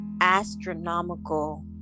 astronomical